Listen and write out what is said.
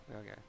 Okay